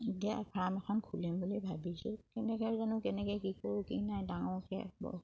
এতিয়া ফাৰ্ম এখন খুলিম বুলি ভাবিছোঁ কেনেকে জানোঁ কেনেকে কি কৰোঁ কি নাই ডাঙৰকে